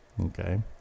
Okay